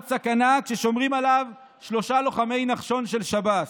סכנה כששומרים עליו שלושה לוחמי נחשון של שב"ס?